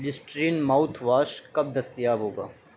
Listerine mouthwash کب دستیاب ہوگا